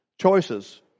choices